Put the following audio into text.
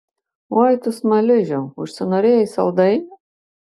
oi tu smaližiau užsinorėjai saldainių